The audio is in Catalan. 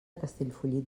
castellfollit